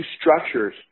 structures